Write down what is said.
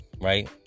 right